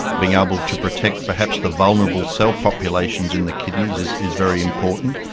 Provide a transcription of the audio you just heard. being able to protect perhaps the vulnerable cell populations in the kidneys, is is very important.